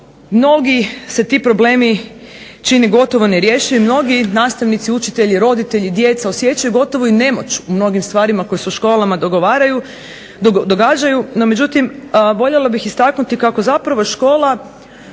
mnogi se ti problemi čine gotovo nerješivim, mnogi nastavnici, učitelji, roditelji, djeca, osjećaju gotovo i nemoć u mnogim stvarima koje se u školama događaju no međutim voljela bih istaknuti kako zapravo škola